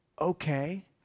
okay